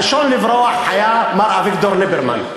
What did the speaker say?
הראשון לברוח היה מר אביגדור ליברמן.